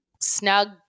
snug